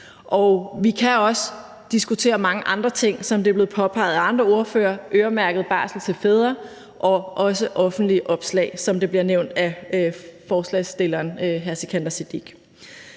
vi kan også diskutere mange andre ting, som det er blevet påpeget af andre ordførere, bl.a. øremærket barsel til fædre og også offentlige opslag, som blev nævnt af ordføreren for forespørgerne, hr. Sikandar Siddique.